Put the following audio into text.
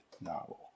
novel